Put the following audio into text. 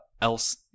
else